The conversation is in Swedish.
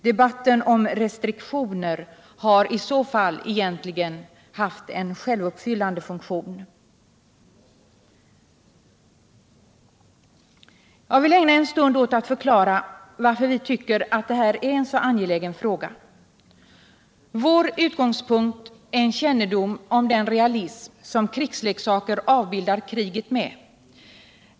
Debatten om restriktioner har i så fall egentligen haft en självuppfyllande funktion. Jag vill ägna en stund åt att förklara varför vi tycker att det här är en så angelägen fråga. Vår utgångspunkt är en kännedom om den realism med vilken krigsleksaker avbildar kriget.